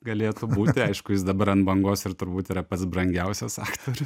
galėtų būti aišku jis dabar ant bangos ir turbūt yra pats brangiausias aktorius